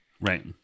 Right